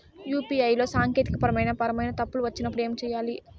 UPI లో సాంకేతికపరమైన పరమైన తప్పులు వచ్చినప్పుడు ఏమి సేయాలి